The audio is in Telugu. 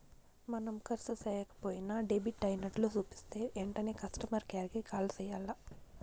మనం కర్సు సేయక పోయినా డెబిట్ అయినట్లు సూపితే ఎంటనే కస్టమర్ కేర్ కి కాల్ సెయ్యాల్ల